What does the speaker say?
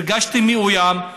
הרגשתי מאוים.